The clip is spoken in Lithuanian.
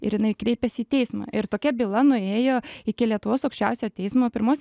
ir jinai kreipėsi į teismą ir tokia byla nuėjo iki lietuvos aukščiausiojo teismo pirmos